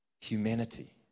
Humanity